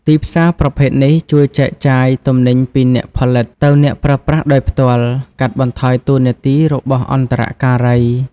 ទីផ្សារប្រភេទនេះជួយចែកចាយទំនិញពីអ្នកផលិតទៅអ្នកប្រើប្រាស់ដោយផ្ទាល់ កាត់បន្ថយតួនាទីរបស់អន្តរការី។